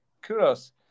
kudos